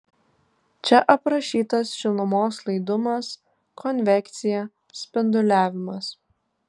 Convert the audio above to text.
čia aprašytas šilumos laidumas konvekcija spinduliavimas